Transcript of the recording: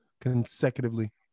consecutively